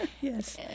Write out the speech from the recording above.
Yes